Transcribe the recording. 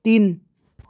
तिन